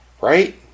right